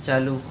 चालू